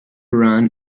run